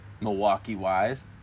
Milwaukee-wise